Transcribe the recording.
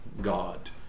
God